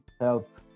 help